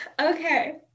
okay